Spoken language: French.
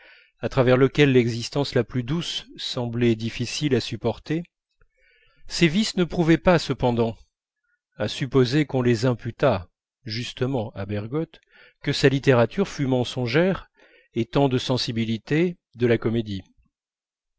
à travers lequel l'existence la plus douce semblait difficile à supporter ces vices ne prouvaient pas cependant à supposer qu'on les imputât justement à bergotte que sa littérature fût mensongère et tant de sensibilité de la comédie